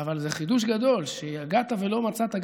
אבל זה חידוש גדול שיגעת ולא מצאת,